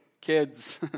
kids